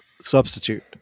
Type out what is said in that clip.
substitute